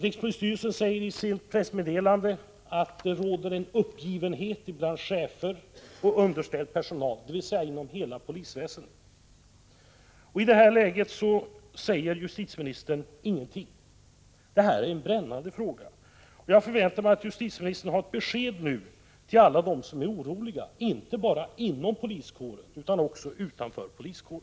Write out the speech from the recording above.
Rikspolisstyrelsen säger i ett pressmeddelande att det råder en uppgivenhet bland chefer och underställd personal, dvs. inom hela polisväsendet. I det läget säger justitieministern ingenting. Men detta är en brännande fråga. Jag förväntar mig att justitieministern nu ger ett besked till alla dem som är oroliga inte bara inom poliskåren utan också utanför den.